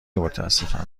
متاسفم